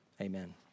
amen